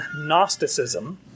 Gnosticism